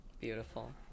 Beautiful